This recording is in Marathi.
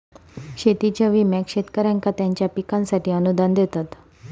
शेतीच्या विम्याक शेतकऱ्यांका त्यांच्या पिकांसाठी अनुदान देतत